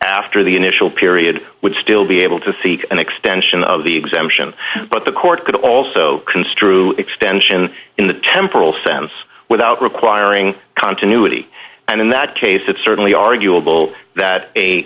after the initial period would still be able to seek an extension of the exemption but the court could also construe extension in the temporal sense without requiring continuity and in that case it certainly arguable that a